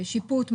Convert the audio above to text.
שיפוט,